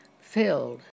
filled